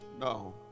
No